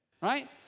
right